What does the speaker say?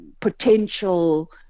potential